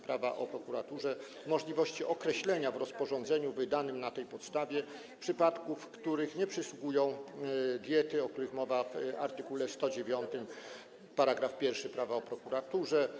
Prawa o prokuraturze możliwości określenia w rozporządzeniu wydanym na tej podstawie przypadków, w których nie przysługują diety, o których mowa w art. 109 § 1 Prawa o prokuraturze.